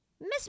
Miss